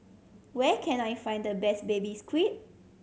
where can I find the best Baby Squid